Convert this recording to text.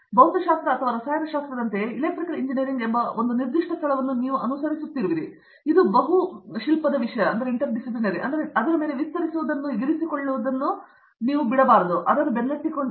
ಆದ್ದರಿಂದ ಭೌತಶಾಸ್ತ್ರ ಅಥವಾ ರಸಾಯನಶಾಸ್ತ್ರದಂತೆಯೇ ಎಲೆಕ್ಟ್ರಿಕಲ್ ಇಂಜಿನಿಯರಿಂಗ್ ಎಂಬ ಒಂದು ನಿರ್ದಿಷ್ಟ ಸ್ಥಳವನ್ನು ನೀವು ಅನುಸರಿಸುತ್ತಿರುವಿರಿ ಮತ್ತು ಇದು ಬಹು ಬಹುಶಿಲ್ಪದ ವಿಷಯ ನೀವು ಅದರ ಮೇಲೆ ವಿಸ್ತರಿಸುವುದನ್ನು ಇರಿಸಿಕೊಳ್ಳುವಲ್ಲಿ ಅದನ್ನು ನೀವು ಬೆನ್ನಟ್ಟಿದ ವಿಷಯ ಎಂದು ಕರೆಯುವುದಿಲ್ಲ